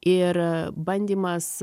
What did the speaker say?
ir bandymas